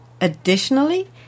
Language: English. Additionally